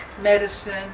medicine